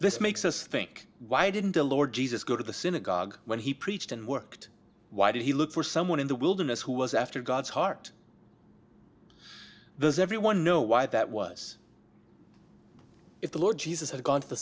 this makes us think why didn't the lord jesus go to the synagogue when he preached and worked why did he look for someone in the wilderness who was after god's heart those everyone know why that was if the lord jesus had gone to the